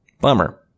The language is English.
Bummer